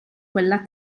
quella